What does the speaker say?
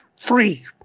free